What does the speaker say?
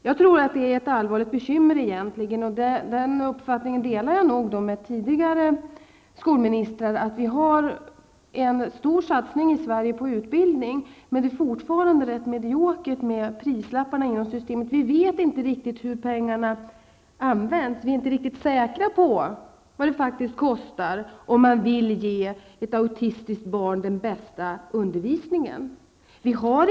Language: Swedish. Jag delar nog uppfattningen med tidigare skolministrar att vi i Sverige gör stora satsningar på utbildning, men det är ett allvarligt bekymmer att det fortfarande är mediokert med prislappar inom systemet. Vi vet inte riktigt hur pengarna använts. Vi är inte riktigt säkra på vad det faktiskt kostar, om man vill ge ett autistiskt barn den bästa undervisningen.